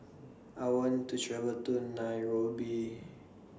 I want to travel to Nairobi